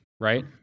right